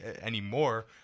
anymore—